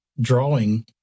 drawing